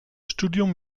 studium